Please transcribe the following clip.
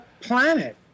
planet